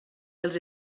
els